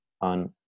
on